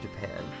Japan